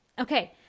Okay